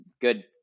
good